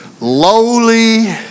lowly